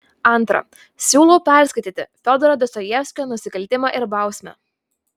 antra siūlau perskaityti fiodoro dostojevskio nusikaltimą ir bausmę